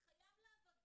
זה חייב לעבוד יחד,